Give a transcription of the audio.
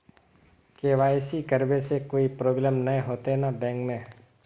KYC करबे से कोई प्रॉब्लम नय होते न बैंक में?